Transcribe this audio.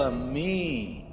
ah me.